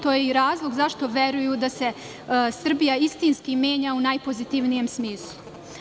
To je i razlog zašto veruju da se Srbija istinski menja u najpozitivnijem smislu.